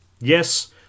Yes